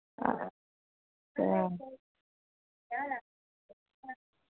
आं